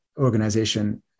organization